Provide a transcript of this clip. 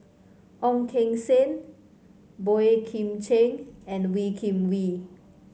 Ong Keng Sen Boey Kim Cheng and Wee Kim Wee